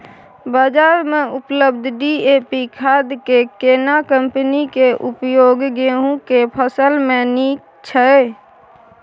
बाजार में उपलब्ध डी.ए.पी खाद के केना कम्पनी के उपयोग गेहूं के फसल में नीक छैय?